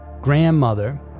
grandmother